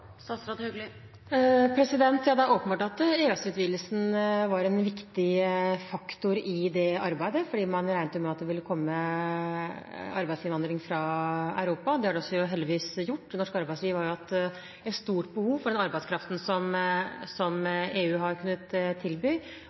Det er åpenbart at EØS-utvidelsen var en viktig faktor i det arbeidet, for man regnet med at det ville komme arbeidsinnvandrere fra Europa. Det har det heldigvis også gjort. Norsk arbeidsliv har jo hatt et stort behov for den arbeidskraften som EU har kunnet tilby,